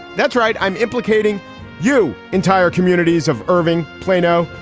that's right. i'm implicating you entire communities of irving. plano,